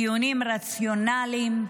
דיונים רציונליים,